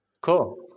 Cool